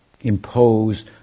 impose